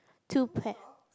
two bag